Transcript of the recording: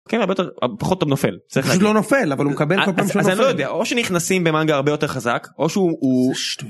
פחות נופל זה לא נופל אבל הוא מקבל או שנכנסים במנגה הרבה יותר חזק או שהוא.